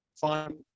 fine